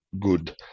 good